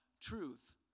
truth